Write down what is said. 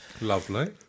Lovely